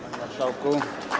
Panie Marszałku!